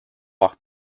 leur